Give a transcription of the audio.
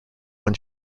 when